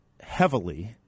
heavily